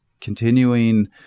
continuing